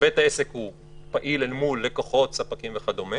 בית העסק הוא פעיל אל מול לקוחות, ספקים וכדומה.